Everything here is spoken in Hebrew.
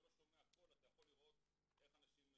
לא שומע קול אתה יכול לראות איך אנשים מתנהגים,